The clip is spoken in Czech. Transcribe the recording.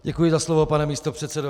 Děkuji za slovo, pane místopředsedo.